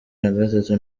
nagatatu